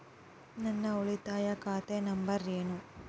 ನನ್ನ ಉಳಿತಾಯ ಖಾತೆ ನಂಬರ್ ಏನು?